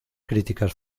críticas